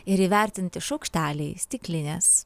ir įvertinti šaukšteliai stiklines